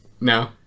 No